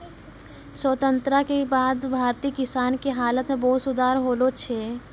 स्वतंत्रता के बाद भारतीय किसान के हालत मॅ बहुत सुधार होलो छै